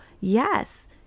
yes